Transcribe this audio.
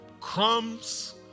crumbs